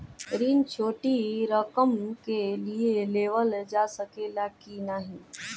ऋण छोटी रकम के लिए लेवल जा सकेला की नाहीं?